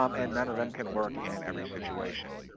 um and none of them can work in every situation.